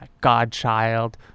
Godchild